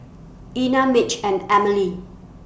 Ena Mitch and Amelie